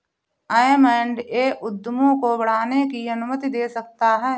M and A उद्यमों को बढ़ाने की अनुमति दे सकता है